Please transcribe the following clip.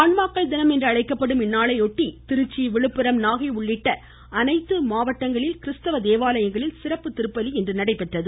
ஆன்மாக்கள் தினம் என்று அழைக்கப்படும் இந்நாளை ஒட்டி திருச்சி விழுப்புரம் நாகை உள்ளிட்ட அனைத்து மாவட்ட கிறிஸ்தவ தேவாலயங்களில் சிறப்பு திருப்பலி இன்று நடைபெற்றன